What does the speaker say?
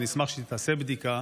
אשמח שתיעשה בדיקה,